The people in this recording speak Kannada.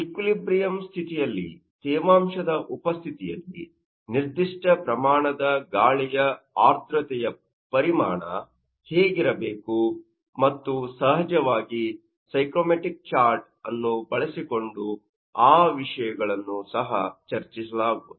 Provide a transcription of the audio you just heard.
ಈಕ್ವಿಲಿಬ್ರಿಯಮ್ ಸ್ಥಿತಿಯಲ್ಲಿ ತೇವಾಂಶದ ಉಪಸ್ಥಿತಿಯಲ್ಲಿ ನಿರ್ದಿಷ್ಟ ಪ್ರಮಾಣದ ಗಾಳಿಯ ಆರ್ದ್ರತೆಯ ಪರಿಮಾಣ ಹೇಗಿರಬೇಕು ಮತ್ತು ಸಹಜವಾಗಿ ಸೈಕೋಮೆಟ್ರಿಕ್ ಚಾರ್ಟ್ ಅನ್ನು ಬಳಸಿಕೊಂಡು ಆ ವಿಷಯಗಳನ್ನು ಸಹ ಚರ್ಚಿಸಲಾಗುವುದು